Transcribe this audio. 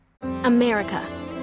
America